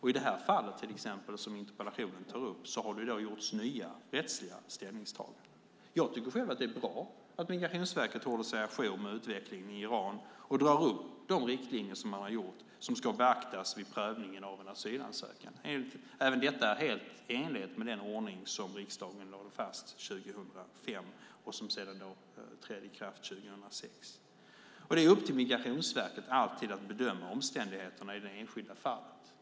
I det fall som interpellationen tar upp har det gjorts nya rättsliga ställningstaganden. Jag tycker själv att det är bra att Migrationsverket håller sig ajour med utvecklingen i Iran och drar upp de riktlinjer som man har gjort, som ska beaktas vid prövningen av en asylansökan. Även detta är helt i enlighet med den ordning som riksdagen lade fast 2005 och som trädde i kraft 2006. Det är alltid upp till Migrationsverket att bedöma omständigheterna i det enskilda fallet.